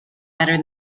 better